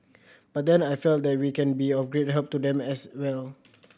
but then I felt that we can be of great help to them as well